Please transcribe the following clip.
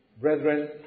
Brethren